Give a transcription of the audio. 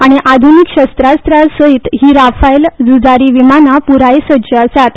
आनी आधुनिक शस्त्रास्त्रा सयत ही राफाल झुंजारी विमानां प्राय सज्ज आसात